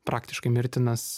praktiškai mirtinas